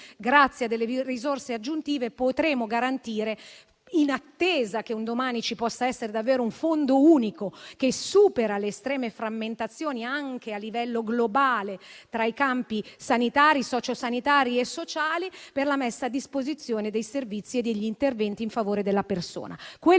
grazie a delle risorse aggiuntive, potremo garantire il servizio, in attesa che un domani ci possa essere davvero un fondo unico che superi le estreme frammentazioni, anche a livello globale, tra i campi sanitari, sociosanitari e sociali, per la messa a disposizione dei servizi e degli interventi in favore della persona. Quello